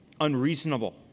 unreasonable